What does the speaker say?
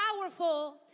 powerful